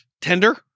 Tender